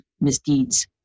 misdeeds